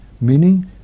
meaning